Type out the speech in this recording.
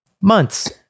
months